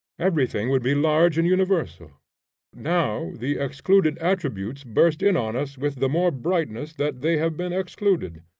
every thing would be large and universal now the excluded attributes burst in on us with the more brightness that they have been excluded.